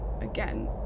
again